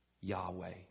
Yahweh